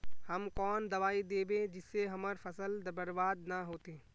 हम कौन दबाइ दैबे जिससे हमर फसल बर्बाद न होते?